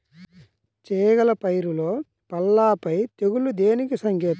చేగల పైరులో పల్లాపై తెగులు దేనికి సంకేతం?